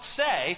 say